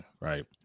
Right